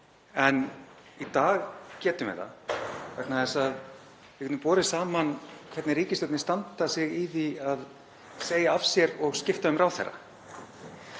en í dag getum við það, vegna þess að við getum borið saman hvernig ríkisstjórnir standa sig í því að segja af sér og skipta um ráðherra.